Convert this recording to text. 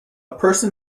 person